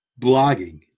blogging